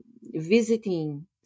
visiting